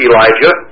Elijah